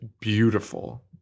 beautiful